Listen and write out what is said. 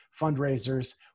fundraisers